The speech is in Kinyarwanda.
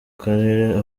karere